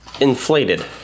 inflated